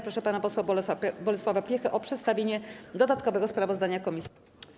Proszę pana posła Bolesława Piechę o przedstawienie dodatkowego sprawozdania komisji.